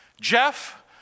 Jeff